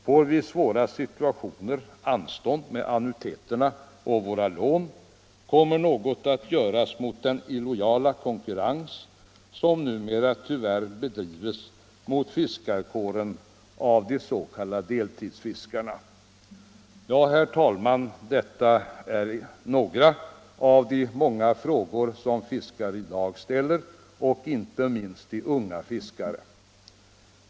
Får vi i svåra situationer anstånd med annuiteterna på våra lån? Kommer något att göras åt den illojala konkurrens som numera tyvärr bedrivs mot fiskarkåren av s.k. deltidsfiskare? Herr talman! Detta är några av de frågor som fiskare i dag ställer, inte minst de unga fiskarna.